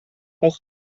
auch